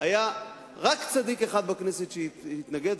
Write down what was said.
היה רק צדיק אחד בכנסת שהתנגד,